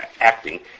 acting